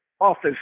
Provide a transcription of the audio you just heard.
office